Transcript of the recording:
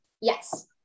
Yes